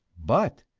but,